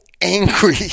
angry